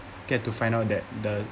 get to find out that the